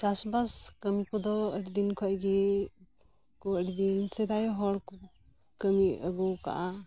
ᱪᱟᱥᱼᱵᱟᱥ ᱠᱟᱹᱢᱤ ᱠᱚᱫᱚ ᱟᱹᱰᱤ ᱫᱤᱱ ᱠᱷᱚᱱ ᱜᱮᱠᱚ ᱟᱹᱰᱤ ᱫᱤᱱ ᱥᱮᱫᱟᱭ ᱦᱚᱲ ᱠᱚ ᱠᱟᱹᱢᱤ ᱟᱹᱜᱩᱣ ᱠᱟᱜᱼᱟ